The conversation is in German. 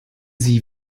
sie